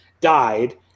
died